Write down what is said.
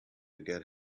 get